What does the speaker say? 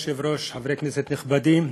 אדוני היושב-ראש, חברי כנסת נכבדים,